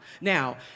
Now